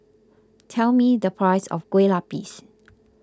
tell me the price of Kueh Lapis